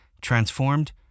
transformed